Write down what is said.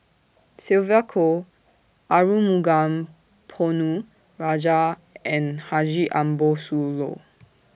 Sylvia Kho Arumugam Ponnu Rajah and Haji Ambo Sooloh